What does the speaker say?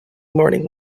morning